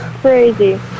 crazy